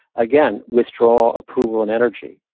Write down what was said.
again, withdraw approval and energy.